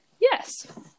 yes